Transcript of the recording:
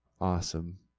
Awesome